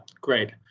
great